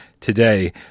today